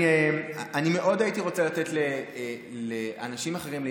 אני מאוד הייתי רוצה לתת לאנשים אחרים,